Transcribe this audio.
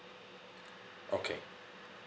okay